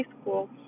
school